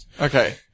Okay